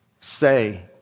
say